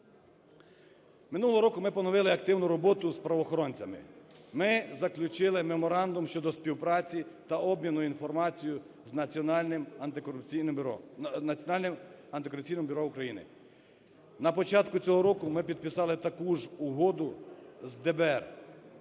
Минулого року ми поновили активну роботу з правоохоронцями, ми заключили Меморандум щодо співпраці та обміну інформацією з Національним антикорупційним бюро України. На початку цього року ми підписали таку ж угоду з ДБР.